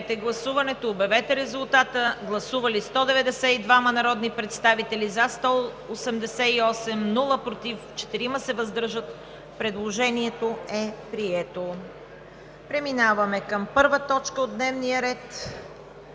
Преминаваме към първа точка от дневния ред: